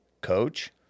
coach